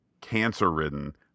cancer-ridden